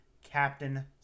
Captain